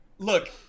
Look